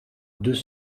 deux